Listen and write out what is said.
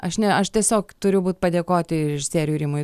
aš ne aš tiesiog turiu būt padėkoti režisieriui rimui